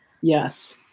Yes